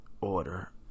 Order